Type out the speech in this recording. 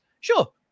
Sure